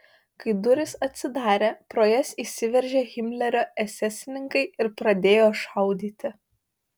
kai durys atsidarė pro jas įsiveržė himlerio esesininkai ir pradėjo šaudyti